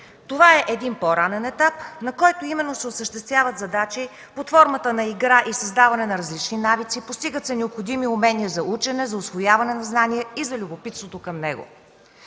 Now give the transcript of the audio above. Това е един по-ранен етап, на който именно се осъществяват задачи под формата на игра и създаване на различни навици, постигат се необходими умения за учене, за усвояване на знания и за любопитството към него.